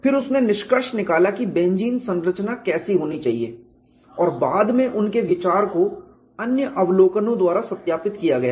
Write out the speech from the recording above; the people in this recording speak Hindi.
फिर उसने निष्कर्ष निकाला कि बेंजीन संरचना कैसी होनी चाहिए और बाद में उनके विचार को अन्य अवलोकनों द्वारा सत्यापित किया गया